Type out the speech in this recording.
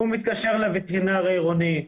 הוא מתקשר לווטרינר העירוני,